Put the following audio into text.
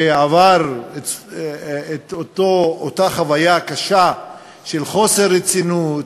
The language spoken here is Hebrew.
שעבר את אותה חוויה קשה של חוסר רצינות,